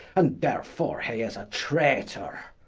and therefore hee is a traitor